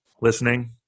listening